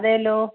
അതേല്ലോ